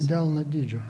delno dydžio